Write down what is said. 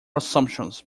assumptions